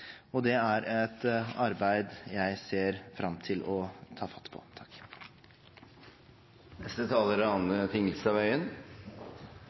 høst. Det er et arbeid jeg ser fram til å ta fatt på. Det er